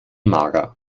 mager